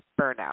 burnout